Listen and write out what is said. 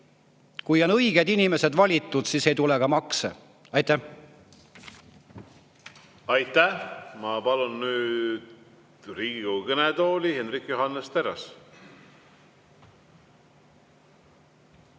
Kui on õiged inimesed valitud, siis ei tule ka makse. Aitäh! Aitäh! Ma palun Riigikogu kõnetooli Hendrik Johannes Terrase.